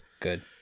Good